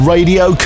Radio